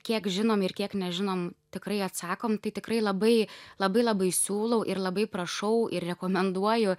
kiek žinom ir kiek nežinom tikrai atsakom tai tikrai labai labai labai siūlau ir labai prašau ir rekomenduoju